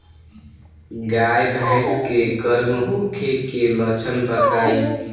गाय भैंस के गर्म होखे के लक्षण बताई?